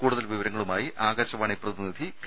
കൂടുതൽ വിവരങ്ങളുമായി ആകാശവാണി പ്രതിനിധി കെ